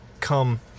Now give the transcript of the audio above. come